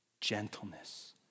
gentleness